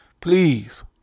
please